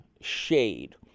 shade